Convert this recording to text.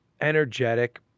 energetic